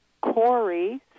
Corey